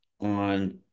on